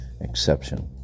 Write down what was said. exception